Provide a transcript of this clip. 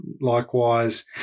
likewise